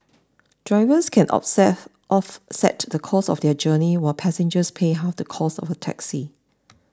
drivers can offset off set the cost of their journey while passengers pay half the cost of a taxi